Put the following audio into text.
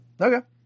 Okay